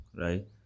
right